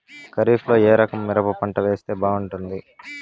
ఖరీఫ్ లో ఏ రకము మిరప పంట వేస్తే బాగుంటుంది